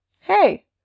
Hey